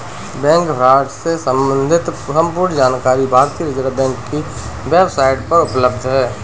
bank fraud से सम्बंधित संपूर्ण जानकारी भारतीय रिज़र्व बैंक की वेब साईट पर उपलब्ध है